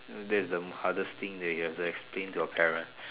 so that's the hardest thing that you have explained to your parents